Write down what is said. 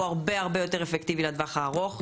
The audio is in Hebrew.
הוא הרבה-הרבה יותר אפקטיבי לטווח הארוך,